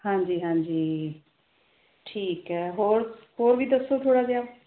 ਹਾਂਜੀ ਹਾਂਜੀ ਠੀਕ ਹੈ ਹੋਰ ਹੋਰ ਵੀ ਦੱਸੋ ਥੋੜ੍ਹਾ ਜਿਹਾ